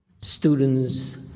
students